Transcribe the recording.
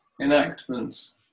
Enactments